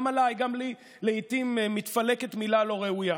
גם לי לעיתים מתפלקת מילה לא ראויה